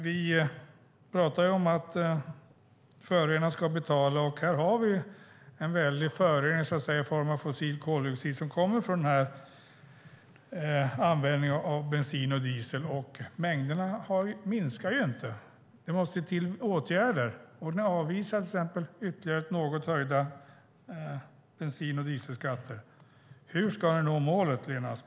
Vi pratar ju om att förorenaren ska betala. Och här har vi en väldig förorening, så att säga, i form av fossil koldioxid som kommer från användningen av bensin och diesel. Mängderna minskar inte. Det måste till åtgärder. Ni avvisar till exempel ytterligare något höjda bensin och dieselskatter. Hur ska ni nå målet, Lena Asplund?